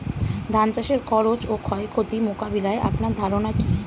ধান চাষের খরচ ও ক্ষয়ক্ষতি মোকাবিলায় আপনার ধারণা কী?